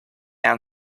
and